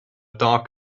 dark